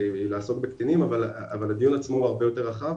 לעסוק בקטינים אבל הדיון עצמו הוא הרבה יותר רחב,